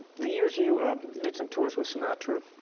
the years you did some tours with sinatra,